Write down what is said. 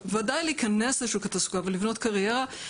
וודאי להיכנס לשוק התעסוקה ולבנות קריירה,